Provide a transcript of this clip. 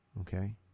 Okay